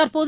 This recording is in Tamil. தற்போது